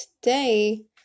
today